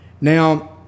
Now